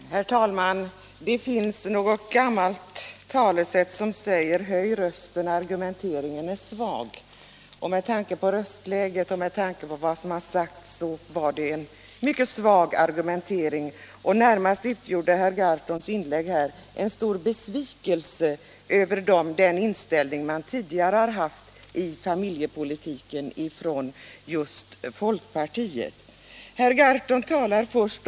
j Herr talman! Det finns ett gammalt talesätt som lyder: höj rösten när argumenteringen är svag. Och med tanke på röstläget nyss och vad som sades var det en mycket svag argumentering. Herr Gahrtons inlägg här var närmast en stor besvikelse för den inställning man tidigare haft ifrån 41 just folkpartiets sida till familjepolitiken.